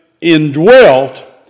indwelt